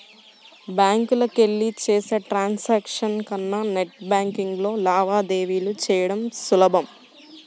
బ్యాంకులకెళ్ళి చేసే ట్రాన్సాక్షన్స్ కన్నా నెట్ బ్యేన్కింగ్లో లావాదేవీలు చెయ్యడం సులభం